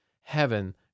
heaven